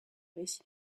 récit